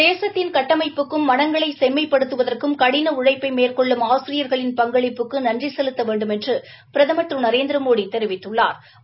தேசத்தின் கட்டமைப்புக்கும் மனங்களை செம்மைப்படுத்துவதற்கும் கடின உழைப்பை மேற்கொள்ளும் ஆசிரியர்களின் பங்களிப்புக்கு நன்றி செலுத்த வேண்டுமென்று பிரதமா் திரு நரேந்திரமோடி தெரிவித்துள்ளாா்